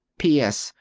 p s.